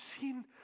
seen